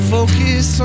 Focus